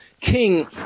king